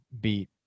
beat